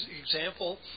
example